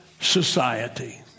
society